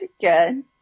good